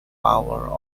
power